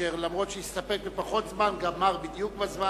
אשר הסתפק בפחות זמן, ובכל זאת גמר בדיוק בזמן.